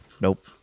nope